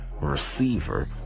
receiver